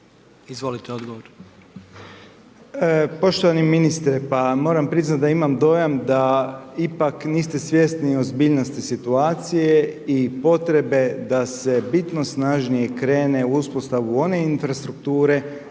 Slaven (MOST)** Poštovani ministre, pa moram priznat da imam dojam da ipak niste svjesni ozbiljnosti situacije i potrebe da se bitno snažnije krene u uspostavu one infrastrukture,